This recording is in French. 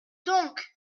donc